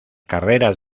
carreras